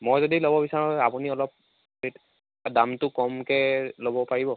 মই যদি ল'ব বিচাৰোঁ আপুনি অলপ দামটো কমকৈ ল'ব পাৰিব